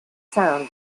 sound